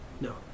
No